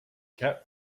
cap